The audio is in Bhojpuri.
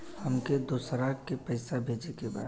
हमके दोसरा के पैसा भेजे के बा?